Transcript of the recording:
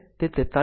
આમ તે 43